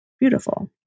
beautiful